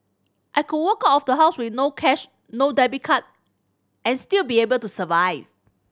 I could walk of the house with no cash no debit card and still be able to survive